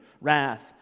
wrath